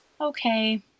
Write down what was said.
Okay